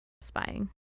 spying